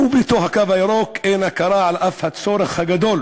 ובתוך הקו הירוק אין הכרה, על אף הצורך הגדול